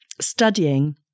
studying